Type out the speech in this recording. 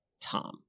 Tom